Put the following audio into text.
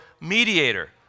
mediator